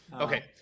Okay